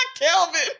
Kelvin